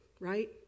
right